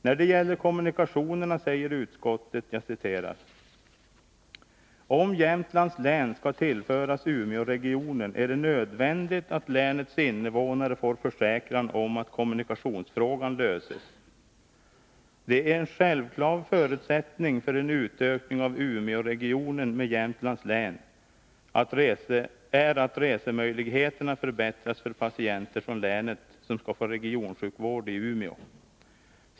När det gäller kommunikationerna säger utskottet: ”Om Jämtlands län skall tillföras Umeåregionen är det nödvändigt att länets invånare får försäkran om att kommunikationsfrågan löses. En självklar förutsättning för en utökning av Umeåregionen med Jämtlands län är att resemöjligheterna förbättras för patienter från länet som skall få regionsjukvård i Umeå.